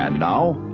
um now,